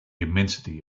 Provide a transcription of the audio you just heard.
immensity